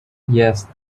yes